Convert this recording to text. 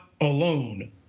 alone